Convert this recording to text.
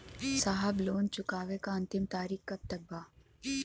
साहब लोन चुकावे क अंतिम तारीख कब तक बा?